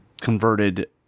converted